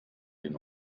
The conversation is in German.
den